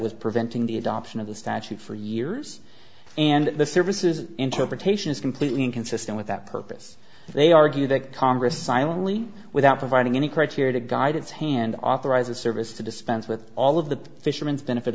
was preventing the adoption of the statute for years and the services interpretation is completely inconsistent with that purpose they argue that congress silently without providing any criteria to guide its hand authorizes service to dispense with all of the fishermen's benefit